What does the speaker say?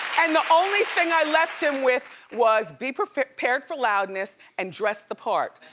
and the only thing i left him with was be prepared for loudness and dress the part.